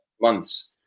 months